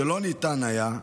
שלא ניתן היה,